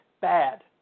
bad